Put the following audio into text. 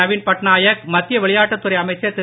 நவீன் பட்நாய்க் மத்திய விளையாட்டுத் துறை அமைச்சர் திரு